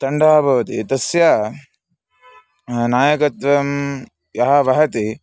तण्डः भवति तस्य नायकत्वं यः वहति